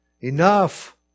Enough